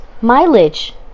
Mileage